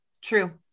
True